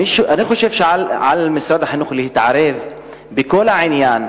אני חושב שעל משרד החינוך להתערב בכל העניין,